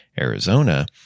Arizona